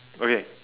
okay